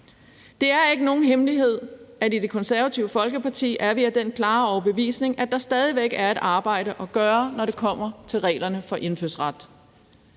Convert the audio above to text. Det er ikke nogen hemmelighed, at vi i Det Konservative Folkeparti er af den klare overbevisning, at der stadig væk er et arbejde at gøre, når det kommer til reglerne for indfødsret.